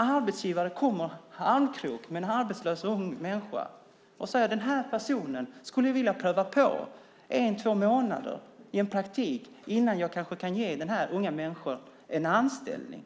En arbetsgivare kommer i armkrok med en arbetslös ung människa och säger: Den här personen skulle jag vilja pröva genom att ge praktik en eller två månader innan jag kanske kan ge denna unga människa en anställning.